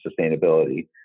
sustainability